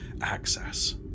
access